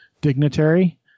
dignitary